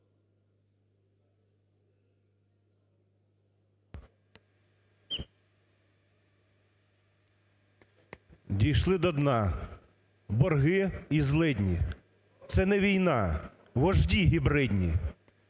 "Дійшли до дна – борги і злидні. Це не війна – вожді гібридні".